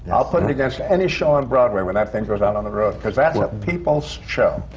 i'll put it against any show on broadway when that thing goes out on the road, because that's the people's show.